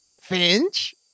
Finch